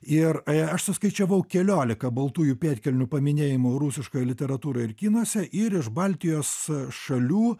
ir aš suskaičiavau keliolika baltųjų pėdkelnių paminėjimų rusiškoj literatūroj ir kinuose ir iš baltijos šalių